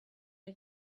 and